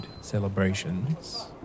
celebrations